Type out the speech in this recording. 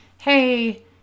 hey